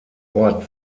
ort